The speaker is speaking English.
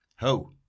ho